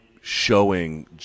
showing